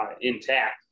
intact